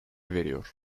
veriyor